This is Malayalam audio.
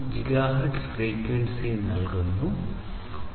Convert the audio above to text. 4 ജിഗാഹെർട്സ് ഫ്രീക്വൻസി ബാൻഡിനായി ഉപയോഗിക്കുന്നു ഇത് OQPSK ആണ്